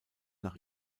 nach